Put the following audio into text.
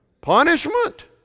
punishment